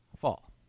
fall